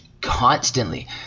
constantly